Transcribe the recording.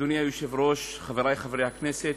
אדוני היושב-ראש, חברי חברי הכנסת,